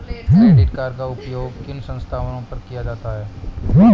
Credit card का उपयोग किन स्थानों पर किया जा सकता है?